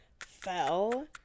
fell